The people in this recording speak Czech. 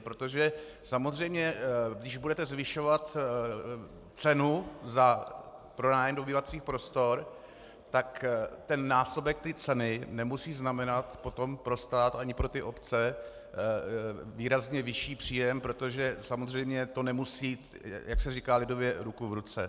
Protože samozřejmě když budete zvyšovat cenu za pronájem dobývacích prostor, tak násobek té ceny nemusí znamenat potom pro stát ani pro ty obce výrazně vyšší příjem, protože samozřejmě to nemusí jít, jak se říká lidově, ruku v ruce.